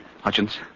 Hutchins